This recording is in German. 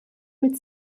mit